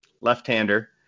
left-hander